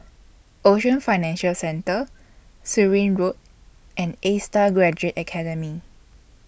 Ocean Financial Centre Surin Road and A STAR Graduate Academy